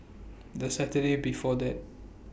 The Saturday before that